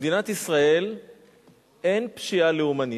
במדינת ישראל אין פשיעה לאומנית,